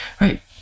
right